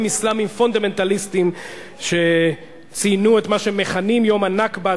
אסלאמיים פונדמנטליסטיים שציינו את מה שהם מכנים "יום הנכבה".